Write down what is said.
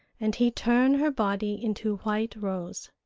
and he turn her body into white rose.